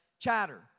chatter